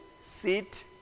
sit